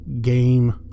game